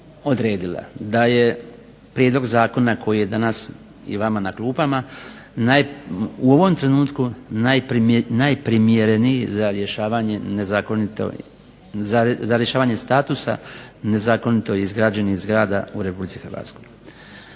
odredila da je prijedlog zakona koji je danas i vama na klupama u ovom trenutku najprimjereniji za rješavanje statusa nezakonito izgrađenih zgrada u RH. U tom